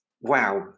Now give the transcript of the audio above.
wow